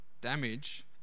damage